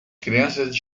crianças